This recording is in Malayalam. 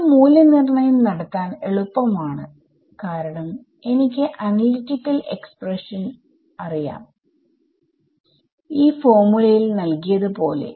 ഇത് മൂല്യനിർണ്ണയം നടത്താൻ എളുപ്പം ആണ് കാരണം എനിക്ക് അനലിറ്റിക്കൽ എക്സ്പ്രഷൻസ് അറിയാംഈ ഫോർമുല യിൽ നൽകിയത് പോലെ